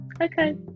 Okay